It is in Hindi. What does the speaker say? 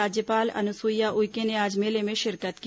राज्यपाल अनुसुईया उइके ने आज मेले में शिरकत की